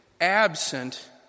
absent